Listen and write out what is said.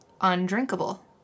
undrinkable